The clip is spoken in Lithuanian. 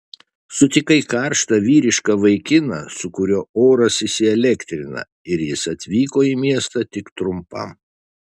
sutikai karštą vyrišką vaikiną su kuriuo oras įsielektrina ir jis atvyko į miestą tik trumpam